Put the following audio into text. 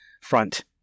front